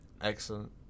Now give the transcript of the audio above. Excellent